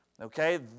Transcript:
Okay